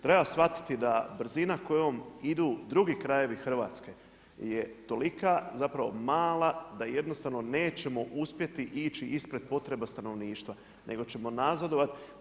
Treba shvatiti da brzina kojom idu drugi krajevi Hrvatske, je tolika mala da jednostavno nećemo uspjeti ići ispred potreba stanovništva, nego ćemo nazadovati.